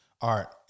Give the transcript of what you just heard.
art